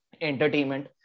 entertainment